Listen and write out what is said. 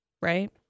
Right